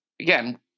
again